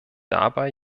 dabei